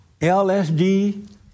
LSD